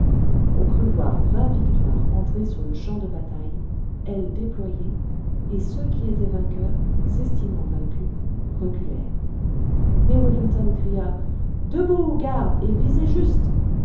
on crut voir vingt victoires entrer sur le champ de bataille ailes déployées et ceux qui étaient vainqueurs s'estimant vaincus reculèrent mais wellington cria debout gardes et visez juste